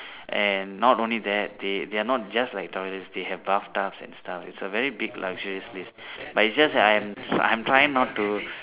and not only that they they are not just like toilets they have bathtubs and stuff it's a very big luxurious place but its just that I'm I'm trying not to